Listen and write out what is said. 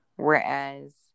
Whereas